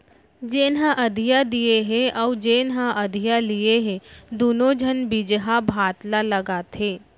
जेन ह अधिया दिये हे अउ जेन ह अधिया लिये हे दुनों झन बिजहा भात ल लगाथें